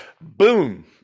Boom